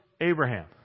Abraham